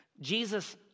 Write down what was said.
Jesus